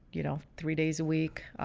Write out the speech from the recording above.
you know, three days a week,